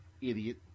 idiot